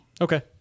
Okay